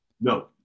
No